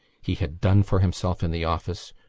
he had done for himself in the office,